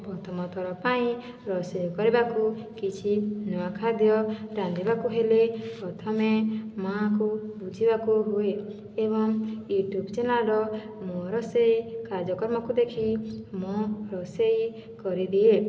ପ୍ରଥମଥର ପାଇଁ ରୋଷେଇ କରିବାକୁ କିଛି ନୂଆ ଖାଦ୍ୟ ରାନ୍ଧିବାକୁ ହେଲେ ପ୍ରଥମେ ମାଆକୁ ବୁଝିବାକୁ ହୁଏ ଏବଂ ୟୁଟ୍ୟୁବ ଚ୍ୟାନେଲର ମୋର ସେ କାର୍ଯ୍ୟକ୍ରମକୁ ଦେଖି ମୁଁ ରୋଷେଇ କରିଦିଏ